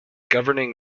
governing